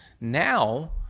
Now